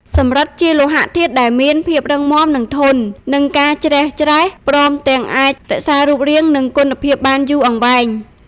សំរឹទ្ធិជាលោហៈធាតុដែលមាន ភាពរឹងមាំ និង ធន់ នឹងការច្រេះច្រែស ព្រមទាំងអាចរក្សារូបរាង និងគុណភាពបានយូរអង្វែង។